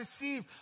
receive